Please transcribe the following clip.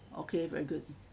okay very good